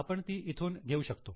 आपण ती इथून घेऊ शकतो